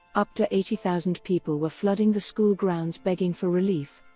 up to eighty thousand people were flooding the school grounds begging for relief.